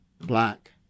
black